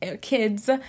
kids